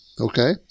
Okay